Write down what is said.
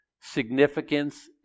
significance